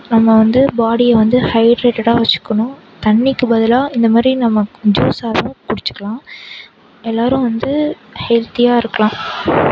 நம்ம வந்து பாடியை வந்து ஹைட்ரேட்டடாக வெச்சுக்கணும் தண்ணிருக்கு பதிலாக இந்த மாதிரி நம்ம ஜூஸாக கூட குடிச்சுக்கலாம் எல்லோரும் வந்து ஹெல்த்தியாக இருக்கலாம்